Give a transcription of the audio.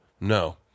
no